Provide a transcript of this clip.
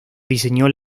diseñó